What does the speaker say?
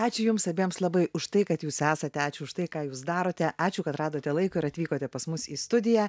ačiū jums abiems labai už tai kad jūs esate ačiū už tai ką jūs darote ačiū kad radote laiko ir atvykote pas mus į studiją